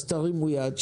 אז תרימו יד.